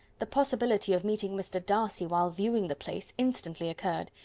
the possibility of meeting mr. darcy, while viewing the place, instantly occurred.